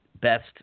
best